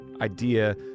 idea